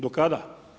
Do kada?